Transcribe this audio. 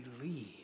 believe